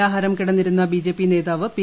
നിരാഹാരം കിടന്നിരുന്ന ബിജെപി നേതാവ് പ്പി